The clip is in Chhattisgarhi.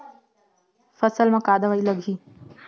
फंगस म का दवाई लगी?